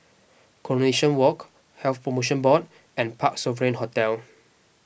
Coronation Walk Health Promotion Board and Parc Sovereign Hotel